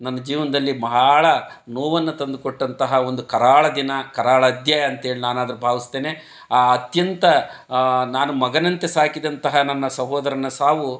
ನನ್ನ ಜೀವನದಲ್ಲಿ ಬಹಳ ನೋವನ್ನು ತಂದು ಕೊಟ್ಟಂತಹ ಒಂದು ಕರಾಳ ದಿನ ಕರಾಳ ಅಧ್ಯಾಯ ಅಂತೇಳಿ ನಾನು ಅದು ಭಾವಿಸ್ತೇನೆ ಆ ಅತ್ಯಂತ ನಾನು ಮಗನಂತೆ ಸಾಕಿದಂತಹ ನನ್ನ ಸಹೋದರನ ಸಾವು